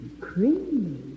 creamy